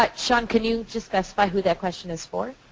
like sean, can you just specify who that question is for.